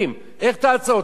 איך תעצור אותם בדיוק?